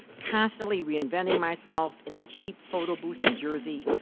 constantly reinventing myself in a cheap photo booth in jersey,